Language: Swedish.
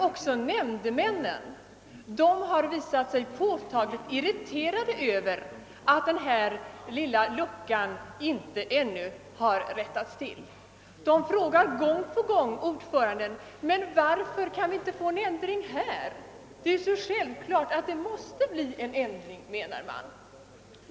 Och även nämndemännen har visat sig påtagligt irriterade över att denna lilla lucka i lagen ännu inte har täppts till. De frågar gång på gång ordföranden: Varför kan vi inte få till stånd en ändring på denna punkt? Det är ju självklart att en ändring måste göras.